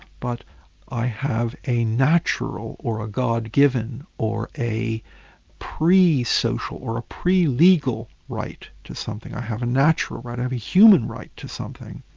but i have a natural or a god-given or a pre-social, or a pre-legal right to something. i have a natural right, i have a human right to something.